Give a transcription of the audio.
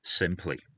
simply